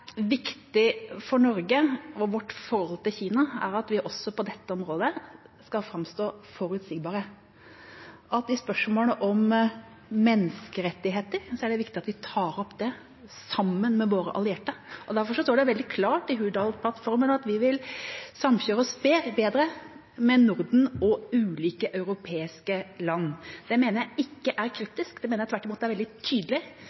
viktig for Norge og vårt forhold til Kina, er at vi også på dette området skal framstå forutsigbare. Når det gjelder spørsmålet om menneskerettigheter, er det viktig at vi tar det opp sammen med våre allierte. Derfor står det veldig klart i Hurdalsplattformen at vi vil samkjøre oss bedre med Norden og ulike europeiske land. Det mener jeg ikke er kryptisk; det mener jeg tvert imot er veldig tydelig.